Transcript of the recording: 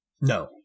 No